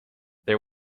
there